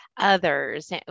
others